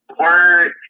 Words